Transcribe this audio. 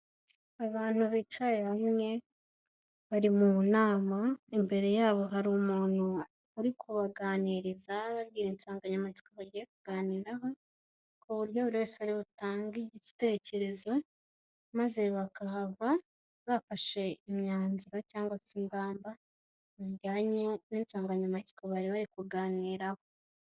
Abantu bicaye bamwe bari mu nama, imbere yabo hari umuntu uri kubaganiriza ababwira insanganyamatsiko bagiye kuganiraho, ku buryo buri wese ari butanga igitekerezo maze bakahava bafashe imyanzuro cyangwa se ingamba zijyanye n'insanganyamatsiko bari bagiye kuganiraho.